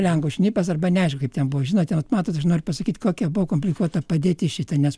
lenkų šnipas arba neaišku kaip ten buvo žinote va matot aš noriu pasakyti kokia buvo komplikuota padėtis šita nes